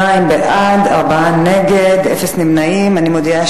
אז נעבור להצבעה.